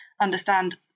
understand